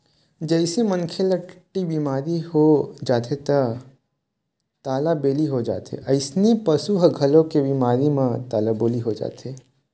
जइसे मनखे ल टट्टी बिमारी हो जाथे त तालाबेली हो जाथे अइसने पशु ह घलोक ए बिमारी म तालाबेली हो जाथे